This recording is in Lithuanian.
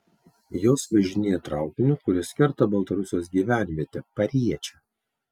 jos važinėja traukiniu kuris kerta baltarusijos gyvenvietę pariečę